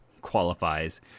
qualifies